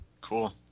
Cool